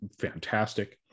fantastic